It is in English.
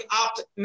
opt